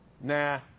nah